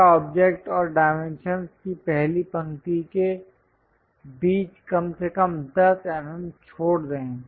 हमेशा ऑब्जेक्ट और डाइमेंशंस की पहली पंक्ति के बीच कम से कम 10 mm छोड़ दें